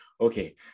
Okay